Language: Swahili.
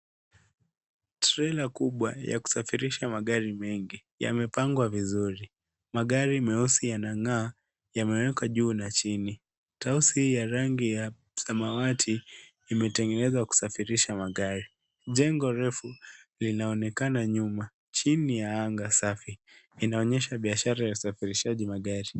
Trela kubwa ya kusafirisha magari mengi, yamepangwa vizuri, magari meusi yanang'aa yamewekwa juu na chini, tausi ya rangi ya samawati imetengenezwa kusafirisha magari. Jengo refu linaonekana nyuma chini ya anga safi, inaonyesha biashara ya usafirishaji magari.